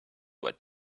what